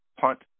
punt